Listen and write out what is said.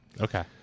Okay